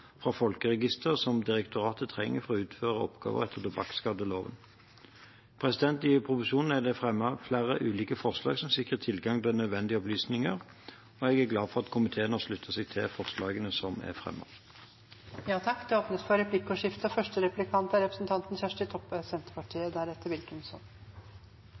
fra folkeregisteret som direktoratet trenger for å utføre oppgaver etter tobakksskadeloven. I proposisjonen er det fremmet flere ulike forslag som sikrer tilgang til nødvendige opplysninger, og jeg er glad for at komiteen har sluttet seg til forslagene som er fremmet. Det blir replikkordskifte. Eg har eit spørsmål som gjeld ideelle sjukehus. Det er